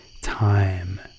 time